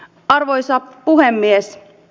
arvoisa puhemies